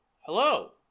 Hello